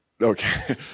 okay